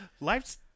Life's